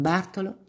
Bartolo